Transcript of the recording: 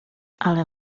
ale